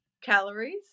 calories